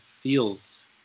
feels